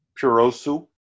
Purosu